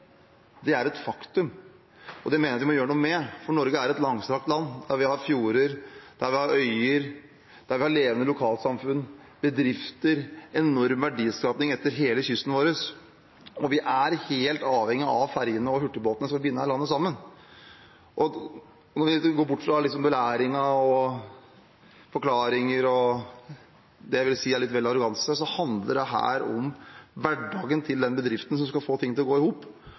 Det er et faktum, og det mener jeg vi må gjøre noe med. Norge er et langstrakt land. Vi har fjorder, øyer, levende lokalsamfunn, bedrifter og enorm verdiskaping langs hele kysten vår, og vi er helt avhengig av at ferjene og hurtigbåtene binder landet sammen. Når vi går bort fra belæringen, fra forklaringer, det jeg vil si er litt vel mye arroganse, handler dette om hverdagen til den bedriften som skal få ting til å gå i hop.